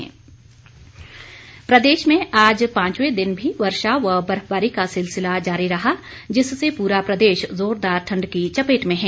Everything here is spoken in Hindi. मौसम प्रदेश में आज पांचवें दिन भी वर्षा व बर्फबारी का सिलसिला जारी रहा जिससे पूरा प्रदेश जोरदार ठंड की चपेट में है